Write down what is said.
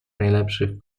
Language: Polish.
najlepszych